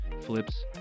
flips